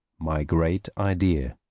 my great idea